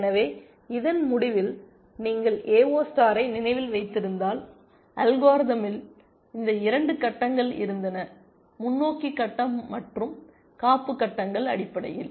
எனவே இதன் முடிவில் நீங்கள் எஓ ஸ்டாரை நினைவில் வைத்திருந்தால் அல்காரிதமில் இந்த 2 கட்டங்கள் இருந்தன முன்னோக்கி கட்டம் மற்றும் காப்பு கட்டங்கள் அடிப்படையில்